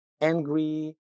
angry